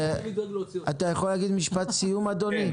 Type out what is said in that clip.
אתה יכול להגיד משפט סיום, אדוני?